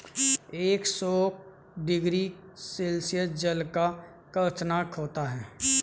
एक सौ degree Celsius जल का क्वथनांक होता है